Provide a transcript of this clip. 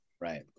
Right